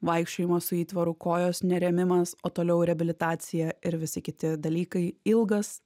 vaikščiojimą su įtvaru kojos nerėmimas o toliau reabilitacija ir visi kiti dalykai ilgas